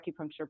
acupuncture